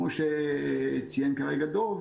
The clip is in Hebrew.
כמו שציין כרגע דב,